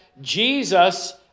Jesus